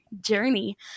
journey